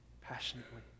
passionately